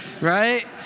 right